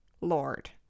Lord